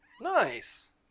Nice